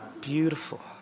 Beautiful